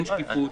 אין שקיפות,